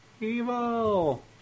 Evil